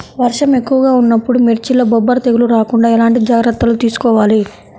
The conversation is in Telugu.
వర్షం ఎక్కువగా ఉన్నప్పుడు మిర్చిలో బొబ్బర తెగులు రాకుండా ఎలాంటి జాగ్రత్తలు తీసుకోవాలి?